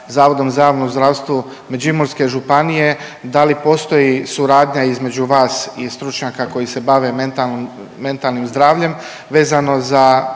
Zavodom za javno zdravstvo Međimurske županije, da li postoji suradnja između vas i stručnjaka koji se bave mentalnom, mentalnim zdravljem vezano za